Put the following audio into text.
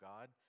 God